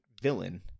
villain